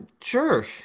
sure